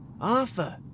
Arthur